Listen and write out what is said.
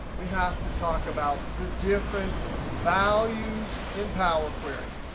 we have to talk about the different values in power query.